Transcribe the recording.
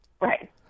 Right